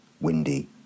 windy